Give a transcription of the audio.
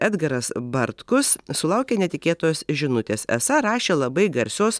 edgaras bartkus sulaukė netikėtos žinutės esą rašė labai garsios